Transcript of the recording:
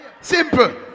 Simple